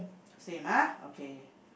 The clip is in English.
same ah okay